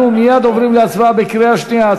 אנחנו עוברים להצבעה בקריאה שנייה.